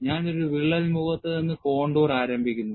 ഞാൻ ഒരു വിള്ളൽ മുഖത്ത് നിന്ന് കോണ്ടൂർ ആരംഭിക്കുന്നു